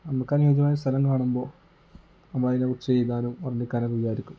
നമുക്കനുയോജ്യമായ സ്ഥലം കാണുമ്പോൾ നമ്മൾ അതിനെ കുറിച്ച് എഴുതാനും വർണ്ണിക്കാനും വിചാരിക്കും